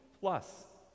plus